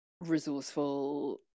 resourceful